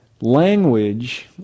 language